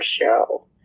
show